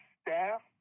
staff